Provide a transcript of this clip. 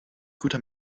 guter